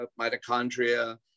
mitochondria